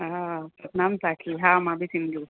हा सतनाम साखी हा मां बि सिंधी